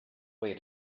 way